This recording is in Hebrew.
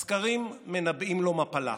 הסקרים מנבאים לו מפלה.